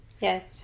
Yes